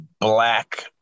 black